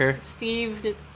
Steve